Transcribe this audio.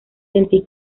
sentí